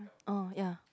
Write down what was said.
oh ya